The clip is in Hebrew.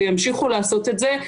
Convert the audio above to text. וימשיכו לעשות את זה.